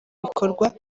bikorwa